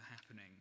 happening